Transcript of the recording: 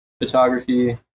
photography